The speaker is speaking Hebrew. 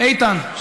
איתן,